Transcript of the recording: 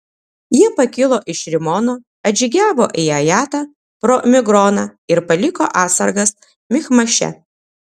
jie pakilo iš rimono atžygiavo į ajatą pro migroną ir paliko atsargas michmaše